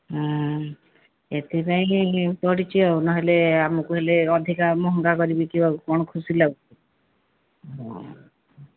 ହଁ ଏଥିପାଇଁ ପଡ଼ିଛି ଆଉ ନହେଲେ ଆମକୁ ହେଲେ ଅଧିକା ମହଙ୍ଗା କରି ବିକିବାକୁ କ'ଣ ଖୁସି ଲାଗୁଛି